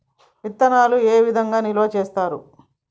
విత్తనాలు ఏ విధంగా నిల్వ చేస్తారు?